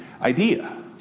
idea